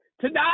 Tonight